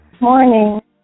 Morning